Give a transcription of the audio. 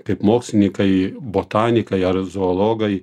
taip mokslininkai botanikai ar zoologai